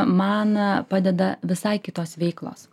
man padeda visai kitos veiklos